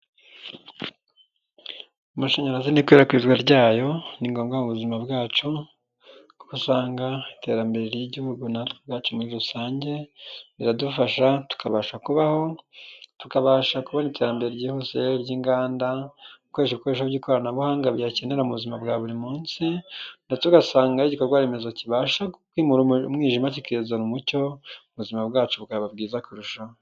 Amashanyarazi n'ikwirakwizwa ryayo ni ngombwa buzima bwacu usanga iterambere ry'igihugu natwe ubwacu muri rusange riradufasha tukabasha kubaho tukabasha kubona iterambere ryihuse ry'inganda ukoresha ibikoresho by'ikoranabuhanga ryakenera mu buzima bwa buri munsi ndetse ugasanga ari igikorwaremezo kibasha kwimura umwijima kikazana umucyo mu buzima bwacu bwaba bwiza kurushaho.